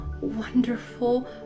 wonderful